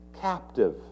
captive